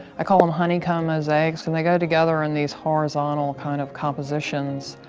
i call them honeycomb mosaics and they go together in these horizontal kind of compositions.